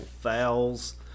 Fouls